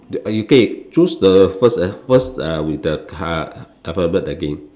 uh you can choose the first the first uh with the card alphabet the game